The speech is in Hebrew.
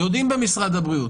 יודעים במשרד הבריאות